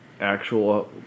actual